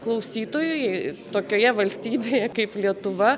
klausytojui tokioje valstybėje kaip lietuva